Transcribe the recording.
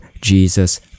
Jesus